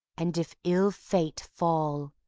and if ill fate fall,